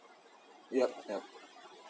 yup yup